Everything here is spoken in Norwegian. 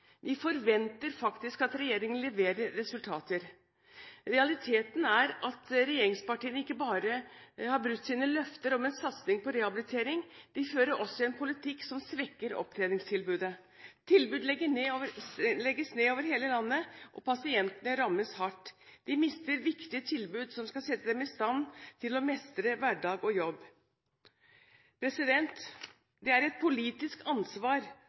Vi forventer faktisk at regjeringen leverer resultater. Realiteten er at regjeringspartiene ikke bare har brutt sine løfter om en satsing på rehabilitering, de fører også en politikk som svekker opptreningstilbudet: Tilbud legges ned over hele landet og pasientene rammes hardt. De mister viktige tilbud som kan sette dem i stand til å mestre hverdag og jobb. Det er et politisk ansvar